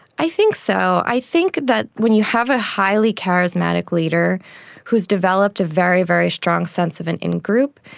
i think so. i think that when you have a highly charismatic leader who has developed a very, very strong sense of an in-group,